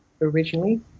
originally